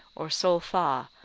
or sol-fa,